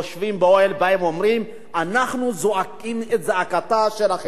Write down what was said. באים אומרים: אנחנו זועקים את זעקתה של החברה הישראלית,